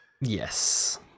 Yes